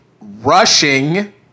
rushing